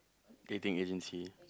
dating agency